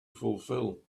fulfill